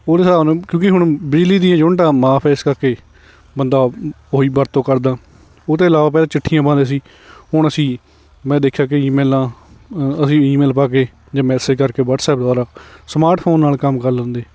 ਪੂਰੇ ਹਿਸਾਬ ਨੂੰ ਕਿਉਂਕਿ ਹੁਣ ਬਿਜਲੀ ਦੀਆਂ ਯੂਨਿਟਾਂ ਮਾਫ ਹੈ ਇਸ ਕਰਕੇ ਬੰਦਾ ਉਹੀ ਵਰਤੋਂ ਕਰਦਾ ਉਹਦੇ ਇਲਾਵਾ ਪਹਿਲਾਂ ਚਿੱਠੀਆਂ ਪਾਉਂਦੇ ਸੀ ਹੁਣ ਅਸੀਂ ਮੈਂ ਦੇਖਿਆ ਕਿ ਈਮੇਲਾਂ ਅਸੀਂ ਈਮੇਲ ਪਾ ਕੇ ਜਾਂ ਮੈਸੇਜ ਕਰਕੇ ਵਟਸਐਪ ਦੁਆਰਾ ਸਮਾਰਟਫੋਨ ਨਾਲ ਕੰਮ ਕਰ ਲੈਂਦੇ